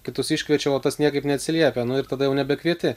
kitus iškviečiau o tas niekaip neatsiliepia nu ir tada jau nebekvieti